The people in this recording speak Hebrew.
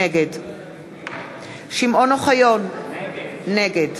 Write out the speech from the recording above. נגד שמעון אוחיון, נגד